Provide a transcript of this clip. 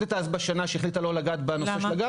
למה?